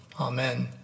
Amen